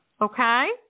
Okay